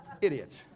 idiots